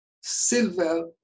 silver